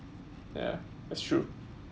ya that's true